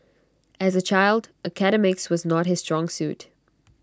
as A child academics was not his strong suit